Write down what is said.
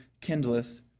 kindleth